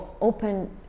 open